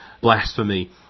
blasphemy